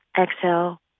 Exhale